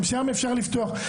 גם שם אפשר לפתוח.